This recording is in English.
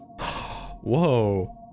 Whoa